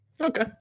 Okay